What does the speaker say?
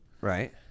Right